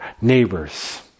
neighbors